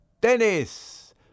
Dennis